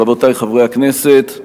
רבותי חברי הכנסת,